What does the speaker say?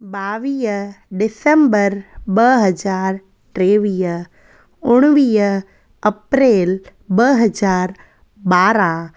बावीह डिसेम्बर ॿ हज़ार टेवीह उणिवीह अप्रैल ॿ हज़ार ॿारहां